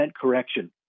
correction